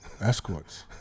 Escorts